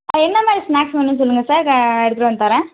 அப்போ என்ன மாதிரி ஸ்நாக்ஸ் வேணும்னு சொல்லுங்கள் சார் எடுத்துகிட்டு வந்துத்தரேன்